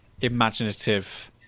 imaginative